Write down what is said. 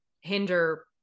hinder